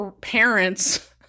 parents